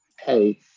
hey